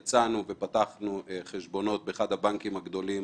יצאנו ופתחנו חשבונות באחד הבנקים הגדולים